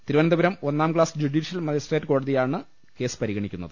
തിരുവനന്തപുരം ഒന്നാം class judicial magistrate കോടതിയാണ് case പരിഗണിക്കുന്നത്